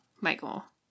Michael